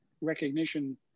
recognition